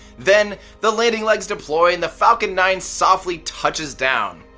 then the landing legs deploy and the falcon nine softly touches down.